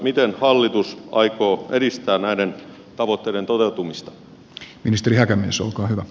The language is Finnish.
miten hallitus aikoo edistää näiden tavoitteiden toteutumista